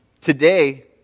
Today